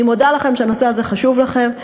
אני מודה לכם על שהנושא הזה חשוב לכם.